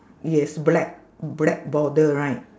yes black black border right